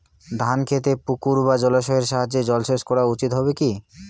ধান খেতে পুকুর বা জলাশয়ের সাহায্যে জলসেচ করা উচিৎ হবে কি?